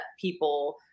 people